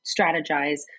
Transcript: strategize